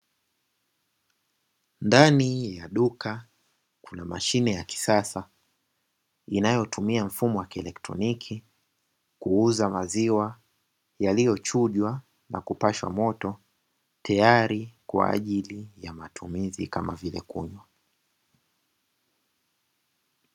Ndani ya duka kuna mashine ya kisasa, inayotumia mfumo wa kielektroniki kuuza maziwa yaliyochujwa na kupashwa moto, tayari kwa ajili matumizi kama vile kunywa.